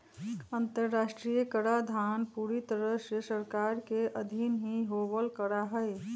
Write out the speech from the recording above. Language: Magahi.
अन्तर्राष्ट्रीय कराधान पूरी तरह से सरकार के अधीन ही होवल करा हई